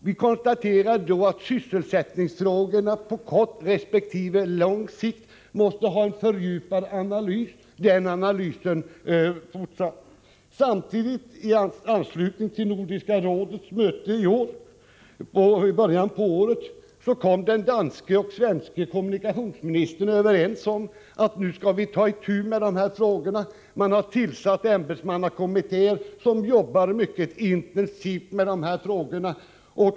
Vi konstaterade att sysselsättningsfrågorna på kort resp. lång sikt måste underkastas en fördjupad analys. Den analysen har fortsatt. I anslutning till Nordiska rådets möte i början av året kom den danska och den svenska kommunikationsministern överens om att man skulle ta itu med dessa frågor. Det har tillsatts ämbetsmannakommittéer som arbetar mycket intensivt med frågorna.